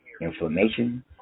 inflammation